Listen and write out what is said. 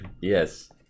Yes